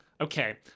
Okay